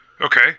Okay